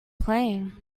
playing